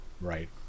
right